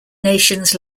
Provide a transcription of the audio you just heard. nations